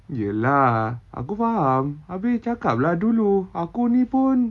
iya lah aku faham abeh cakap lah dulu aku ni pun